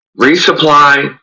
Resupply